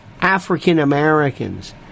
African-Americans